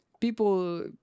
people